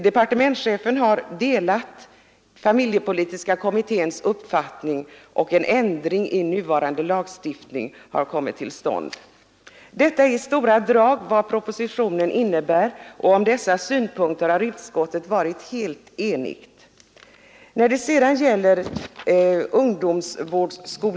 Departementschefen har delat familjepolitiska kommitténs uppfattning, och en ändring i nuvarande lagstiftning har kommit till stånd. Det är i stora drag vad propositionen innebär, och om dessa synpunkter har utskottet varit helt enigt. Lagändringarna föreslås träda i kraft den 1 juli 1974.